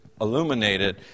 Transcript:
illuminated